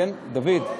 דוד?